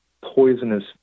poisonous